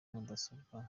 mudasobwa